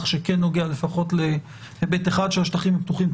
שכן נוגע לפחות להיבט אחד של שטחים פתוחים.